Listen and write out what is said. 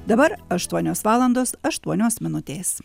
dabar aštuonios valandos aštuonios minutės